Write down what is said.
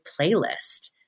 playlist